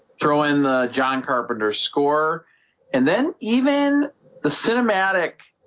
throw in the john carpenter score and then even the cinematic